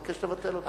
תבקש לבטל אותו.